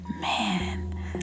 man